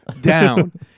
Down